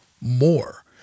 more